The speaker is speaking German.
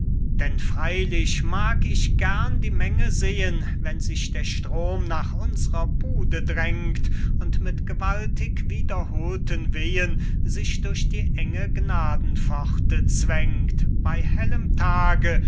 denn freylich mag ich gern die menge sehen wenn sich der strom nach unsrer bude drängt und mit gewaltig wiederholten wehen sich durch die enge gnadenpforte zwängt bey hellem tage